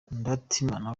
ndatimana